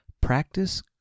practice